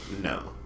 no